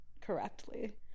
correctly